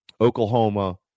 Oklahoma